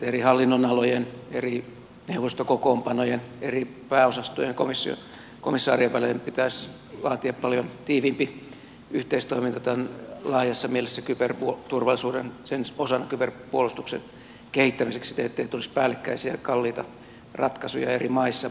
eri hallinnonalojen eri neuvostokokoonpanojen eri pääosastojen ja komissaarien välille pitäisi laatia paljon tiiviimpi yhteistoiminta tämän laajassa mielessä kyberturvallisuuden ja sen osan kyberpuolustuksen kehittämiseksi ettei tulisi päällekkäisiä ja kalliita ratkaisuja eri maissa